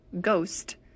ghost